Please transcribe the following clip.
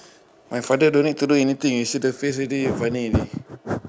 my father don't need to do anything you see the face funny already